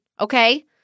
Okay